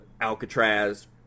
Alcatraz